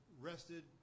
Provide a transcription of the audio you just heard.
rested